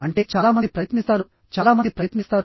అంటే చాలా మంది ప్రయత్నిస్తారు చాలా మంది ప్రయత్నిస్తారు